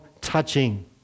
touching